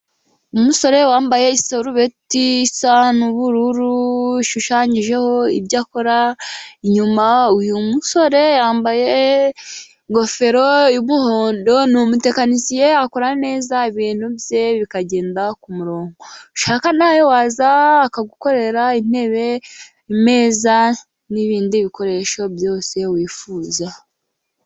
Umusore wambaye isarubeti isa n'ubururu ishushanyijeho ibyo akora inyuma, uyu musore yambaye ingofero y'umuhondo, ni umutekinisiye akora neza ibintu bye bikagenda k'umuronko ushaka nawe waza akagukorera intebe, ameza , n'ibindi bikoresho byose wifuza.